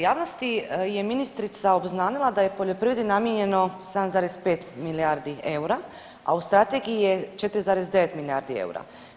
Javnosti je ministrica obznanila da je poljoprivredi namijenjeno 7,5 milijardi eura, a u strategiji je 4,9 milijardi eura.